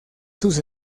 sus